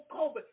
COVID